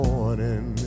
morning